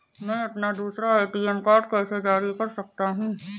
मैं अपना दूसरा ए.टी.एम कार्ड कैसे जारी कर सकता हूँ?